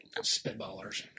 Spitballers